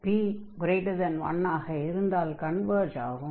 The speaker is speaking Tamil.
p1 ஆக இருந்தால் கன்வர்ஜ் ஆகும்